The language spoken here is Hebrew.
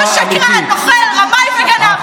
אתה שקרן, נוכל, רמאי וגנב.